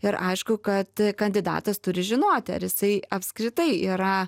ir aišku kad kandidatas turi žinoti ar jisai apskritai yra